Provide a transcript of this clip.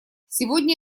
сегодня